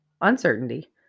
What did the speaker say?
uncertainty